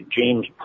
James